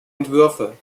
entwürfe